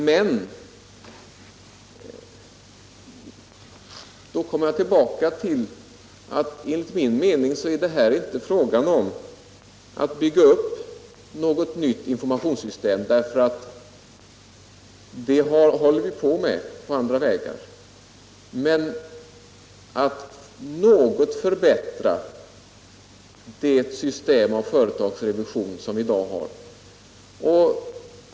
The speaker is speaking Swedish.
Men då kommer jag tillbaka till att det här inte är fråga om att bygga upp något nytt informationssystem utan att helt enkelt förbättra det system av företagsrevision som vi i dag har.